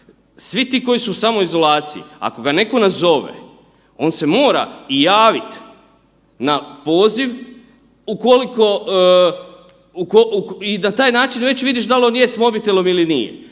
svi ti koji su u samoizolaciji, ako ga neko nazove on se mora i javiti na poziv i na taj način već vidiš dal on je s mobitelom ili nije.